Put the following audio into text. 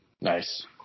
Nice